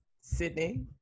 Sydney